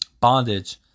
bondage